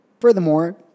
Furthermore